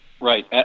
Right